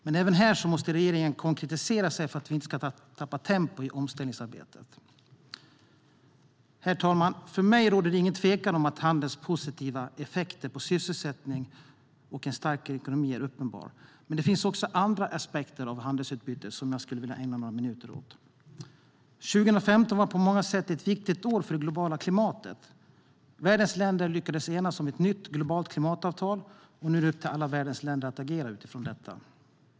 Men även här måste regeringen konkretisera förslag för att vi inte ska tappa tempo i omställningsarbetet. Herr talman! För mig råder det ingen tvekan om handelns positiva effekter på sysselsättning och en starkare ekonomi. Det är uppenbart. Men det finns också andra aspekter av handelsutbyte, som jag vill ägna några minuter åt. År 2015 var på många sätt ett viktigt år för det globala klimatet. Världens länder lyckades enas om ett nytt globalt klimatavtal, och nu är det upp till alla världens länder att agera utifrån detta.